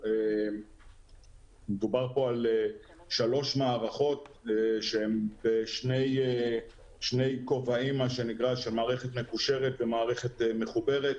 מדובר פה על שלוש מערכות שהן בשני כובעים מערכת מקושרת ומערכת מחוברת.